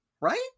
right